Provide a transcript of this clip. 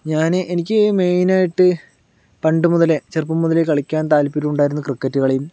ഞാന് എനിക്ക് മെയിൻ ആയിട്ട് പണ്ടുമുതലേ ചെറുപ്പം മുതലേ കളിക്കാൻ താല്പര്യം ഉണ്ടായിരുന്നത് ക്രിക്കറ്റ് കളിയും